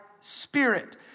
spirit